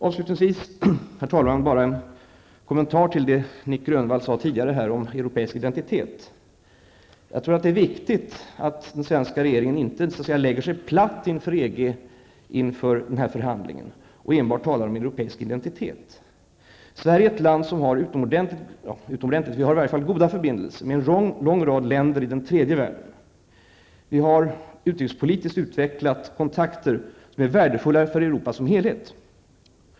Avslutningsvis, herr talman, bara en kommentar till det Nic Grönvall sade tidigare om europeisk identitet. Jag tror att det är viktigt att den svenska regeringen inte så att säga lägger sig platt inför EG vid förhandlingarna och enbart talar om europeisk identitet. Sverige är ett land med goda förbindelser med en lång rad länder i den tredje världen. Vi har utrikespolitiskt utvecklat kontakter som är värdefulla för Europa som helhet.